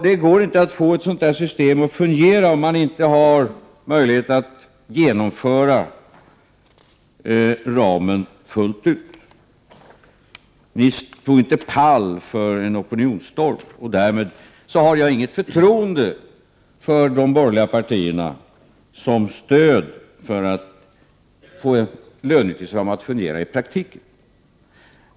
Det går inte att få ett sådant system att fungera, om man inte har möjlighet att genomföra det fullt ut. Ni stod inte pall inför en opinionsstorm. Därför har jag inte något förtroende för de borgerliga partierna som stöd för att få en lönetidsram att fungera i praktiken.